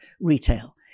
retail